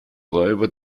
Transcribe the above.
räuber